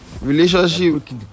Relationship